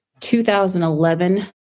2011